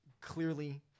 clearly